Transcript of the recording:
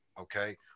Okay